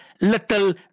little